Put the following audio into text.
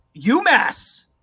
UMass